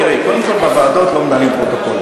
תראי, קודם כול, בוועדות לא מנהלים פרוטוקול.